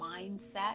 mindset